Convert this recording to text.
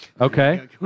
Okay